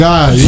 God